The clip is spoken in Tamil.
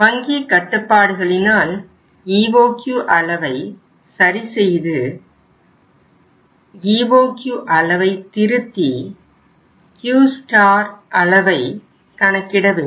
வங்கி கட்டுப்பாடுகளினால் EOQ அளவை சரி செய்து EOQ அளவை திருத்தி Q ஸ்டார் அளவை கணக்கிட வேண்டும்